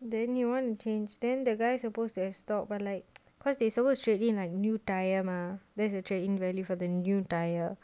then you want to change then the guy supposed to have stock but like cause they supposed to trade in like new tyre mah that is a trade in value for the new tyre